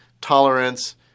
tolerance –